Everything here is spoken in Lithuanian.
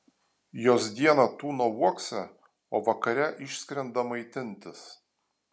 jos dieną tūno uokse o vakare išskrenda maitintis